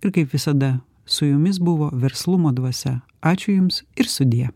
ir kaip visada su jumis buvo verslumo dvasia ačiū jums ir sudie